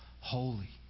holy